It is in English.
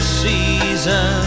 season